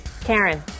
Karen